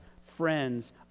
friends